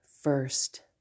first